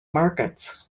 markets